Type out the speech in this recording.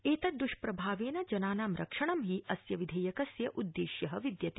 एतद्दष्प्रभावेन जनानां रक्षणं हि अस्य विधेयकस्य उद्देश्यः विद्यते